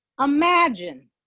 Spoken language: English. imagine